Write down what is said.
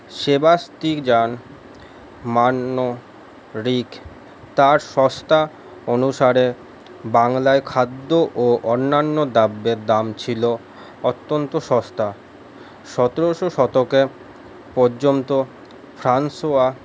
Sebastian Manrique তার সস্তা অনুসারে বাংলায় খাদ্য ও অন্যান্য দ্রব্যের দাম ছিল অত্যন্ত সস্তা সতেরোশো শতকে পর্যন্ত ফ্রাসোঁয়া